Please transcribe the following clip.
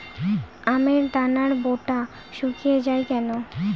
আমের দানার বোঁটা শুকিয়ে য়ায় কেন?